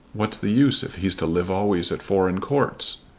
what's the use if he's to live always at foreign courts?